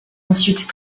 ensuite